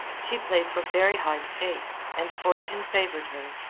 she played for very high stakes, and fortune favored her.